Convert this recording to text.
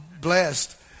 blessed